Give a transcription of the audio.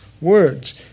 words